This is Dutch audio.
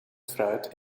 fruit